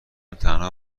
تنها